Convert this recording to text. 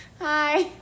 Hi